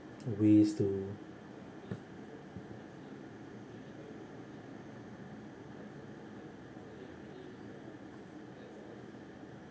ways to